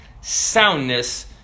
soundness